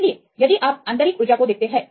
इसलिए यदि आप आंतरिक ऊर्जा को देखते हैं